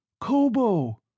Kobo